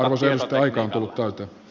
arvoisa edustaja aika on tullut täyteen